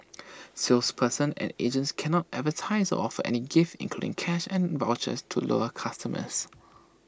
salespersons and agents cannot advertise of any gifts including cash and vouchers to lure customers